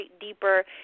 deeper